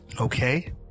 Okay